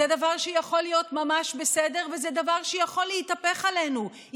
זה דבר שיכול להיות ממש בסדר וזה דבר שיכול להתהפך עלינו,